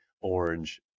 orange